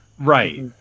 Right